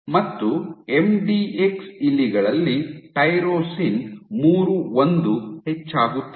ಮತ್ತು ಎಂಡಿಎಕ್ಸ್ ಇಲಿಗಳಲ್ಲಿ ಟೈರೋಸಿನ್ 31 ಹೆಚ್ಚಾಗುತ್ತದೆ